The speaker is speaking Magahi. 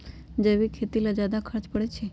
जैविक खेती ला ज्यादा खर्च पड़छई?